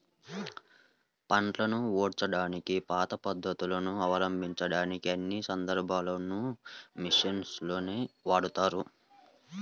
పంటను నూర్చడానికి పాత పద్ధతులను అవలంబించకుండా అన్ని సందర్భాల్లోనూ మిషన్లనే వాడుతున్నారు